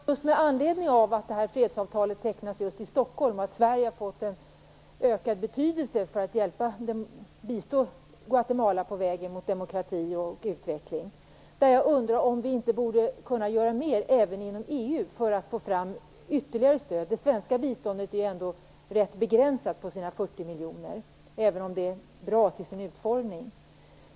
Fru talman! Det var just med anledning av att fredsavtalet undertecknas i Stockholm, och att Sverige har fått en ökad betydelse för att bistå Guatemala på vägen mot demokrati och utveckling, som jag undrade om vi inte borde kunna göra mer även inom EU för att få fram ytterligare stöd. Det svenska biståndet, 40 miljoner kronor, är ju rätt begränsat även om det är bra till sin utformning.